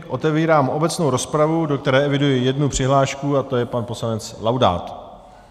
Otevírám obecnou rozpravu, do které eviduji jednu přihlášku, je to pan poslanec Laudát.